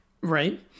right